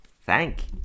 Thank